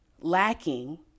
lacking